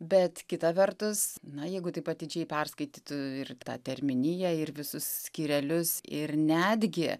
bet kita vertus na jeigu taip atidžiai perskaitytų ir tą terminiją ir visus skyrelius ir netgi